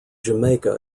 jamaica